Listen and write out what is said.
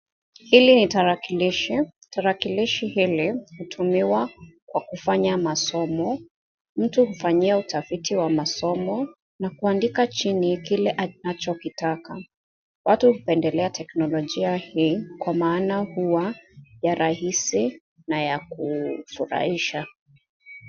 Hili ni tarakilishi. Tarakilishi hili hutumiwa kwa kufanya masomo. Mtu hufanyia utafiti wa masomo na kuandika chini kile anachokitaka. Watu hupendelea teknolojia hii kwa maana huwa ya rahisi na ya kufurahisha.